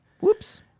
Whoops